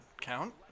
count